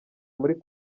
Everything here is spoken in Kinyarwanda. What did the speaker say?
muri